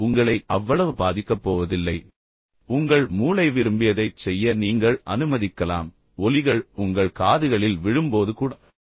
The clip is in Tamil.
எனவே அது உங்களை அவ்வளவு பாதிக்கப் போவதில்லை உங்கள் மூளை விரும்பியதைச் செய்ய நீங்கள் அனுமதிக்கலாம் ஒலிகள் உங்கள் காதுகளில் விழும்போது கூட